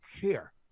care